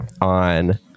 on